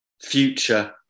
future